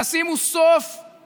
תוסיפו לזה